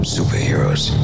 Superheroes